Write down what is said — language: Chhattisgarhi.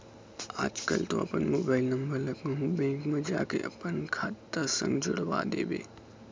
आजकल तो अपन मोबाइल नंबर ला कहूँ बेंक म जाके अपन खाता संग जोड़वा देबे